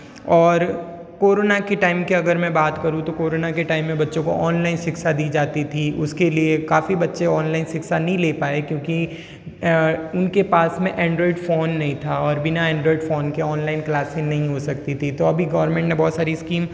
और कोरोना के टाइम की अगर मैं बात करूँ तो कोरोना के टाइम में बच्चों को ऑनलाइन शिक्षा दी जाती थी उसके लिए काफ़ी बच्चे ऑनलाइन शिक्षा नहीं ले पाए क्योंकि उनके पास में एंड्रॉइड फ़ौन नहीं था और बिना एंड्रॉइड फ़ौन के ऑनलाइन क्लासें नहीं हो सकती थीं तो अभी गोरमेंट ने बहुत सारी स्कीम